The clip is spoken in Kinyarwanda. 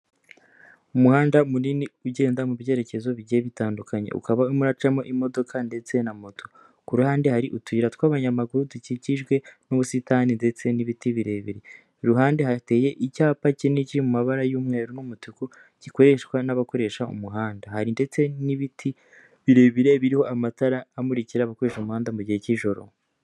Umuhanda munini ugenda mubyerekezo bijye bitandukanye ukaba umucamo imodoka ndetse na moto kuru ruhande hari utuyira tw'abanyamaguru dukikijwe n'ubusitani ndetse n'ibiti birebire iruhande hateye icyapa kinini cy mu mabara y'umweru n'umutuku gikoreshwa n'abakoresha umuhanda hari ndetse n'ibiti birebire biriho amatara amurikirakoresha umuhanda mugihe cy'ijoro.